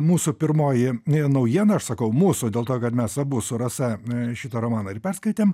mūsų pirmoji n naujiena aš sakau mūsų dėl to kad mes abu su rasa a šitą romaną ir perskaitėm